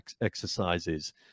exercises